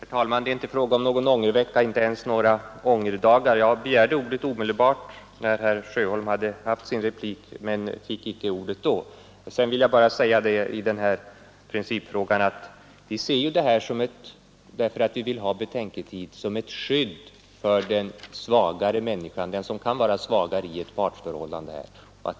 Herr talman! Det är inte fråga om någon ångervecka, inte ens några ångerdagar. Jag begärde ordet i onsdags omedelbart när herr Sjöholm hade haft sin replik, men fick icke ordet då. Sedan vill jag bara i principfrågan säga att vi som vill att man skall ha betänketid ser det som ett skydd för den svagare individen i ett partsförhållande.